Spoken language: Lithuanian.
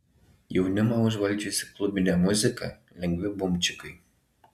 jaunimą užvaldžiusi klubinė muzika lengvi bumčikai